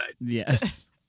Yes